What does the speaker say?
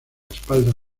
espalda